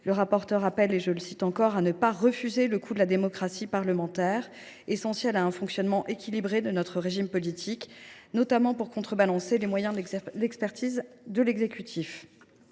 Le rapporteur pour avis appelle enfin à « ne pas refuser le coût de la démocratie parlementaire, essentiel à un fonctionnement équilibré de notre régime politique, notamment pour contrebalancer les moyens d’expertise de l’exécutif